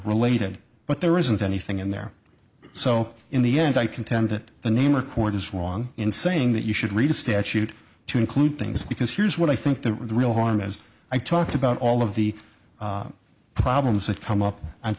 related but there isn't anything in there so in the end i contend that the name record is wrong in saying that you should read a statute to include things because here's what i think the real harm as i talked about all of the problems that come up